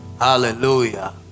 Hallelujah